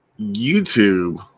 YouTube